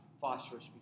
phosphorus